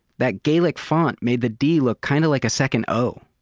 that gaelic font made the d look kind of like a second o.